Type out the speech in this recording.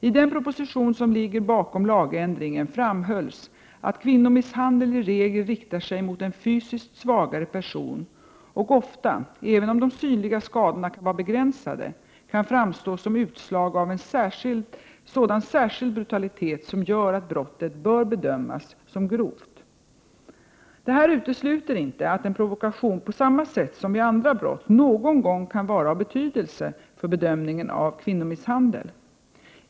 I den proposition som ligger bakom lagändringen framhölls att kvinnomisshandel i regel riktar sig mot en fysiskt svagare person och ofta — även om de synliga skadorna kan vara begränsade — kan framstå som utslag av en sådan särskild brutalitet som gör att brottet bör bedömas som grovt. Detta utesluter inte att en provokation, på samma sätt som vid andra brott, någon gång kan vara av betydelse för bedömningen av kvinnomisshandel.